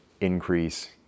increase